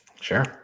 sure